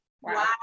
Wow